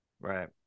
right